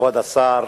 כבוד השר,